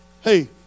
Hey